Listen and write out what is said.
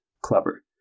clever